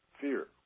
fear